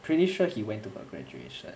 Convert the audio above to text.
pretty sure he went to her graduation